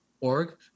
org